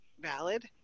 valid